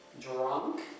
drunk